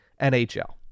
NHL